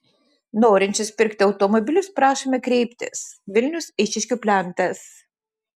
norinčius pirkti automobilius prašome kreiptis vilnius eišiškių plentas